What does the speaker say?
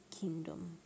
kingdom